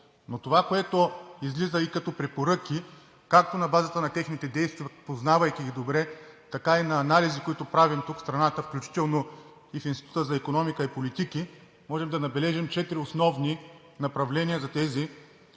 Но това, което излиза и като препоръки както на базата на техните действия, познавайки ги добре, така и на анализите, които правим в страната, включително и в Института за икономика и политики, можем да набележим четири основни направления за тези